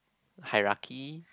hierarchy